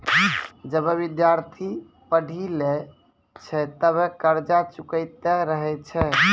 जबे विद्यार्थी पढ़ी लै छै तबे कर्जा चुकैतें रहै छै